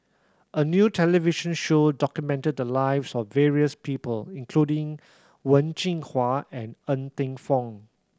a new television show documented the lives of various people including Wen Jinhua and Ng Teng Fong